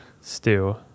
Stew